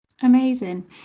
Amazing